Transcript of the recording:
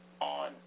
on